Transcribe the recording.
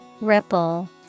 Ripple